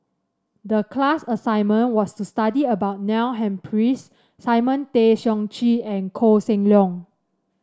the class assignment was to study about Neil Humphreys Simon Tay Seong Chee and Koh Seng Leong